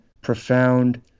profound